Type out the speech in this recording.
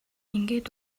ингээд